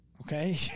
okay